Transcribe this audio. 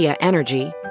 Energy